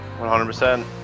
100%